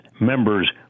members